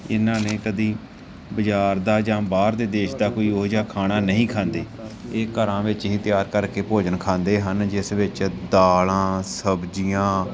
ਇਹਨਾਂ ਨੇ ਕਦੇ ਬਾਜ਼ਾਰ ਦਾ ਜਾਂ ਬਾਹਰ ਦੇ ਦੇਸ਼ ਦਾ ਕੋਈ ਉਹੋ ਜਿਹਾ ਖਾਣਾ ਨਹੀਂ ਖਾਂਦੇ ਇਹ ਘਰਾਂ ਵਿੱਚ ਹੀ ਤਿਆਰ ਕਰਕੇ ਭੋਜਨ ਖਾਂਦੇ ਹਨ ਜਿਸ ਵਿੱਚ ਦਾਲਾਂ ਸਬਜ਼ੀਆਂ